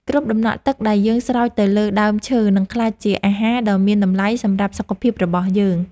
គ្រប់ដំណក់ទឹកដែលយើងស្រោចទៅលើដើមឈើនឹងក្លាយជាអាហារដ៏មានតម្លៃសម្រាប់សុខភាពរបស់យើង។